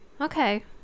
okay